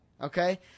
Okay